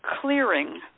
clearing